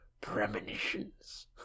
Premonitions